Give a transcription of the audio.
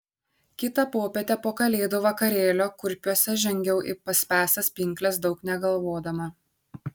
kitą popietę po kalėdų vakarėlio kurpiuose žengiau į paspęstas pinkles daug negalvodama